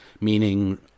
meaning